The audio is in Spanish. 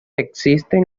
existen